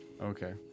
Okay